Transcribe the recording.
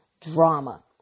Drama